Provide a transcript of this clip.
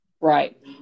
Right